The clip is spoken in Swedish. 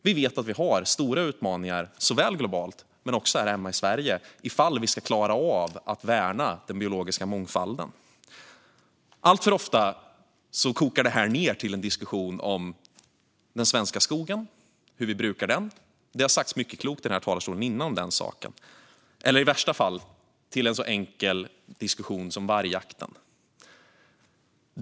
Vi vet att vi har stora utmaningar såväl globalt som här hemma i Sverige om vi ska klara av att värna den biologiska mångfalden. Alltför ofta kokar detta ned till en diskussion om den svenska skogen och hur vi brukar den, vilket det har sagts mycket klokt om här i talarstolen, eller i värsta fall till en så enkel diskussion som den om vargjakten.